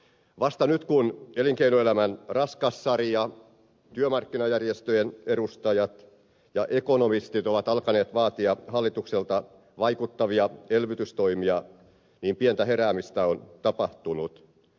vasta nyt kun elinkeinoelämän raskassarja työmarkkinajärjestöjen edustajat ja ekonomistit ovat alkaneet vaatia hallitukselta vaikuttavia elvytystoimia pientä heräämistä on tapahtunut